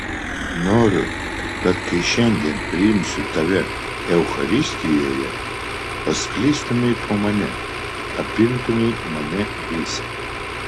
noriu kad kai šiandien priimsiu tave eucharistijoje pasklistumei po mane apimtumei mane visą